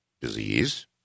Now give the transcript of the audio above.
disease